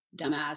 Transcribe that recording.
dumbass